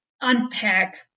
unpack